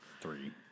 three